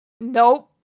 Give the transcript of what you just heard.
nope